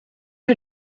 her